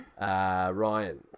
Ryan